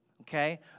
okay